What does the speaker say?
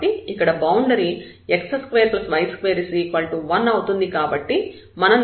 కాబట్టి ఇక్కడ boundary x2y21 అవుతుంది